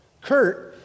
Kurt